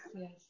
yes